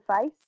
face